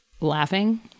laughing